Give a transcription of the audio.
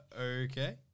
okay